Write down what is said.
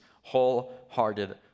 wholehearted